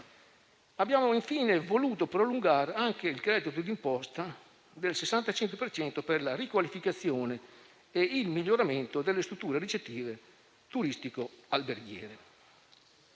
Abbiamo voluto prolungare anche il credito d'imposta del 65 per cento per la riqualificazione e il miglioramento delle strutture ricettive turistico-alberghiere.